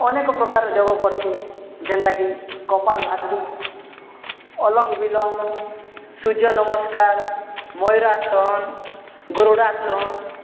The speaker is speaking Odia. ଅନେକ ପ୍ରକାର ଯୋଗ କର୍ସିଁ ଯେନ୍ଟାକି କପାଲ୍ଭାର୍ତି ଅଲୋମ୍ ବିଲୋମ୍ ସୁର୍ଯ୍ୟ ନମସ୍କାର୍ ମୟୁରାସନ୍ ଗରୁଡ଼ାସନ୍